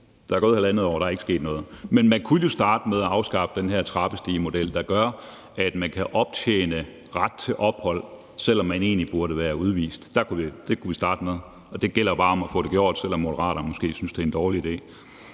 der er gået halvandet år, og der er ikke sket noget. Men man kunne jo starte med at afskaffe den her trappestigemodel, der gør, at folk kan optjene ret til ophold, selv om de egentlig burde være blevet udvist. Det kunne vi starte med. Det gælder jo bare om at få det gjort, selv om Moderaterne måske synes, det er en dårlig idé.